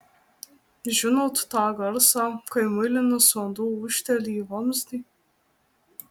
žinot tą garsą kai muilinas vanduo ūžteli į vamzdį